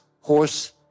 horse